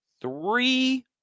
three